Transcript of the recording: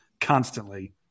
constantly